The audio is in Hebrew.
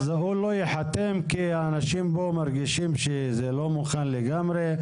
הוא לא ייחתם כי האנשים פה מרגישים שזה לא מוכן לגמרי.